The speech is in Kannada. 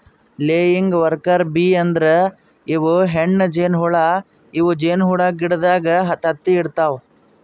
ಲೆಯಿಂಗ್ ವರ್ಕರ್ ಬೀ ಅಂದ್ರ ಇವ್ ಹೆಣ್ಣ್ ಜೇನಹುಳ ಇವ್ ಜೇನಿಗೂಡಿನಾಗ್ ತತ್ತಿ ಇಡತವ್